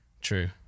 True